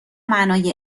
معنای